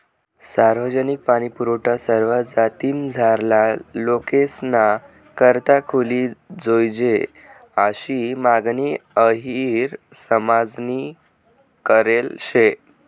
सार्वजनिक पाणीपुरवठा सरवा जातीमझारला लोकेसना करता खुली जोयजे आशी मागणी अहिर समाजनी करेल शे